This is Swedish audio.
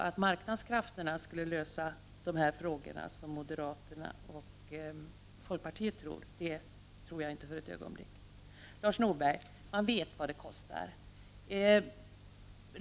Att marknadskrafterna skulle kunna lösa denna fråga, som moderaterna och folkpartiet tror, tror jag inte ett ögonblick. Till Lars Norberg: Man vet vad det kostar.